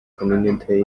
community